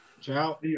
Ciao